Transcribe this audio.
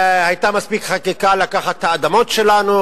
היתה מספיק חקיקה לקחת את האדמות שלנו,